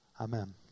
amen